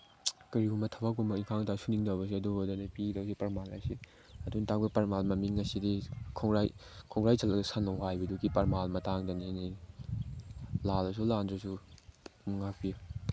ꯀꯔꯤꯒꯨꯝꯕ ꯊꯕꯛꯀꯨꯝꯕ ꯏꯟꯈꯥꯡꯗ ꯁꯨꯅꯤꯡꯗꯕꯁꯦ ꯑꯗꯨꯒꯨꯝꯕꯗꯅꯦ ꯄꯤꯗꯣꯏꯁꯦ ꯄ꯭ꯔꯃꯥꯟ ꯍꯥꯏꯁꯤ ꯑꯗꯨꯅ ꯇꯥꯛꯄꯗꯤ ꯄ꯭ꯔꯃꯥꯟ ꯃꯃꯤꯡ ꯉꯁꯤꯗꯤ ꯈꯣꯡꯒ꯭ꯔꯥꯏ ꯆꯜꯂꯒ ꯁꯟꯅ ꯋꯥꯏꯕꯗꯨꯒꯤ ꯃꯇꯥꯡꯗꯅꯤ ꯑꯩꯅ ꯂꯥꯜꯂꯁꯨ ꯂꯥꯟꯗ꯭ꯔꯁꯨ ꯉꯥꯛꯄꯤꯌꯨ